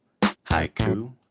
Haiku